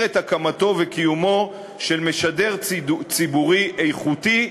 את הקמתו ואת קיומו של משַדר ציבורי איכותי,